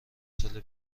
سال